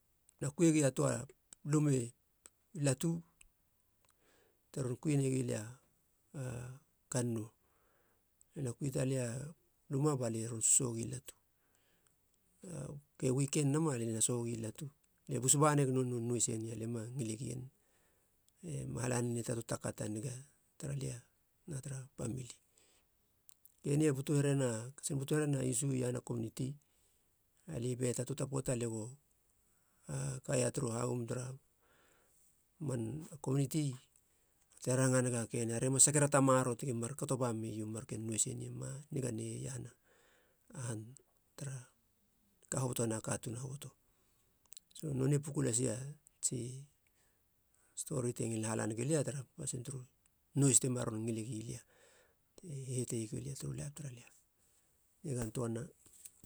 Na kuiegia töa lume latu te ron negilia kannou. Lie na kui taleia luma balie ron sösoho gi latu, a ke wiken nama alie na soho gi latu, lie bus ba neg nonei nois eni. Lie ma ngile gien, ema hala nane taka ta niga tara lia na tara pamili. Keni e butu herena katsin butu herena isu iahana komuniti. Alie pe ta töa ta poata lia go kaia tara hagum tara man komuniti bate ranga nega keni, re mas sakera ta maroro tegi mar katoba meio marken nois eni, ma niga neie iahana han te kahobotona katuun hoboto so nonei puku lasia tsi stori te ngilin hala negulia tara pasin turu nois tema ron ngile gilia lie hete iegu lia, u nois turu laip tar, nigan töana.